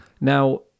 now